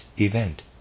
event